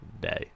day